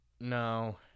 no